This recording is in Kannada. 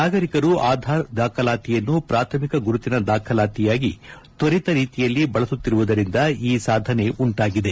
ನಾಗರಿಕರು ಆಧಾರ್ ದಾಖಲಾತಿಯನ್ನು ಪ್ರಾಥಮಿಕ ಗುರುತಿನ ದಾಖಲಾತಿಯಾಗಿ ತ್ವರಿತ ರೀತಿಯಲ್ಲಿ ಬಳಸುತ್ತಿರುವುದರಿಂದ ಈ ಸಾಧನೆ ಉಂಟಾಗಿದೆ